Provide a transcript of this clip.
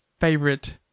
favorite